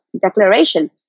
declaration